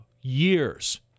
years